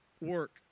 work